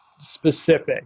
specific